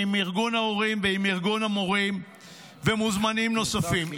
עם ארגון ההורים ועם ארגון המורים ומוזמנים נוספים.